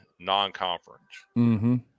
non-conference